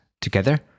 together